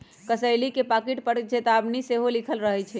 कसेली के पाकिट पर चेतावनी सेहो लिखल रहइ छै